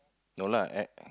no lah air air